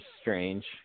strange